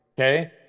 Okay